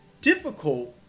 difficult